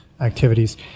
activities